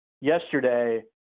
yesterday